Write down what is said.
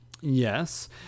Yes